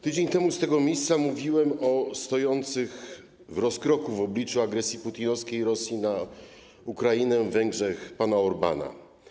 Tydzień temu z tego miejsca mówiłem o stojących w rozkroku w obliczu agresji putinowskiej Rosji na Ukrainę Węgrzech pana Orbána.